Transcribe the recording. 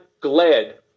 glad